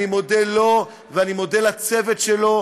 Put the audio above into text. אני מודה לו ואני מודה לצוות שלו,